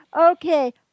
Okay